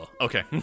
okay